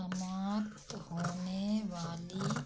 समाप्त होने वाली